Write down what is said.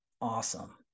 awesome